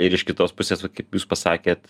ir iš kitos pusės jūs pasakėt